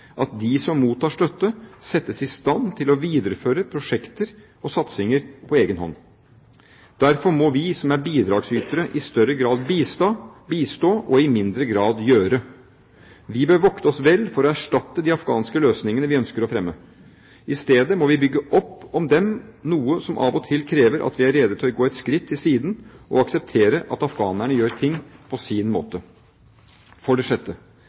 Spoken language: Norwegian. at de som mottar støtte, settes i stand til å videreføre prosjekter og satsinger på egen hånd. Derfor må vi – som er bidragsytere – i større grad bistå og i mindre grad gjøre. Vi bør vokte oss vel for å erstatte de afghanske løsningene vi ønsker å fremme. I stedet må vi bygge opp om dem, noe som av og til krever at vi er rede til å gå et skritt til siden og akseptere at afghanerne gjør ting på sin måte. For det sjette: